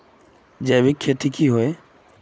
जैविक खेती की होय?